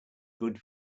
good